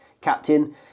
captain